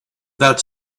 that